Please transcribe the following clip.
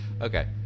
Okay